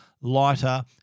lighter